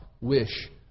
wish